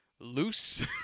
loose